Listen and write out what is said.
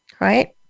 right